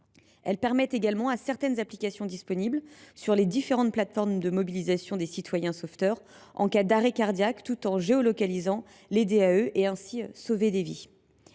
Elles permettent aussi à certaines applications disponibles sur les différentes plateformes de mobiliser des citoyens sauveteurs en cas d’arrêt cardiaque tout en géolocalisant les DAE et, ainsi, de sauver des vies.